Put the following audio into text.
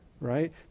right